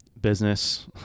business